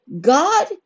God